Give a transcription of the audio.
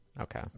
Okay